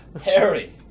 Harry